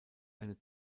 eine